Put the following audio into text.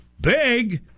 big